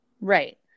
Right